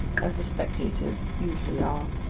as the spectators usually are,